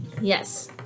Yes